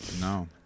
No